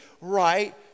right